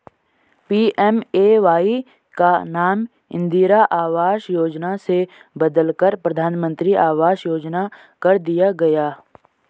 PMAY का नाम इंदिरा आवास योजना से बदलकर प्रधानमंत्री आवास योजना कर दिया गया